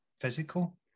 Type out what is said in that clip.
physical